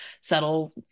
settle